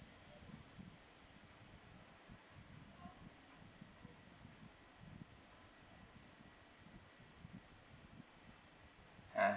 ha